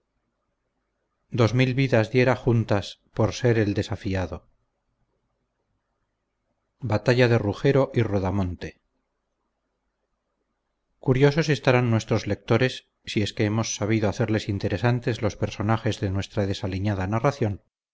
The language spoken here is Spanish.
ninguna de las circunstancias que puede anhelar saber el impaciente lector curiosos estarán nuestros lectores si es que hemos sabido hacerles interesantes los personajes de nuestra desaliñada narración